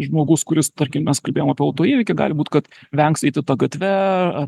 žmogus kuris tarkim mes kalbėjom apie autoįvykį gali būti kad vengs eiti ta gatve ar